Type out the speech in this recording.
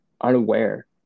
unaware